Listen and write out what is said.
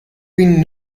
been